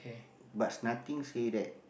but nothing say that